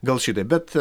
gal šitaip bet